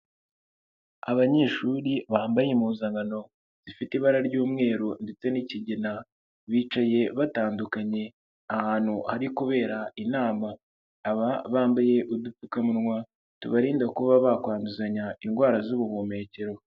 Abanyeshuri bambaye impuzankano zifite ibara ry'umweru ndetse n'ikigina bicaye batandukanye ahantu hari kubera inama. Aba bambaye udupfukamunwa tubarinda kuba bakwanduzanya indwara z'ubuhumekero.